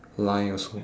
line also